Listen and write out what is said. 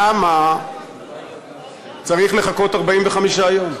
למה צריך לחכות 45 יום?